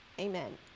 Amen